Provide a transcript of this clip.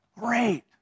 Great